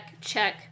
check